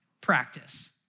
practice